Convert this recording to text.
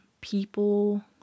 people